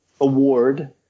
award